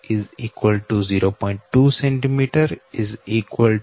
42 0